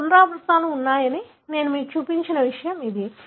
మీకు పునరావృత్తులు ఉన్నాయని నేను మీకు చూపించిన విషయం ఇది